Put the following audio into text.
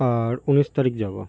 আর উনিশ তারিখ যাবো